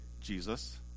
Jesus